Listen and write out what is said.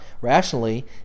rationally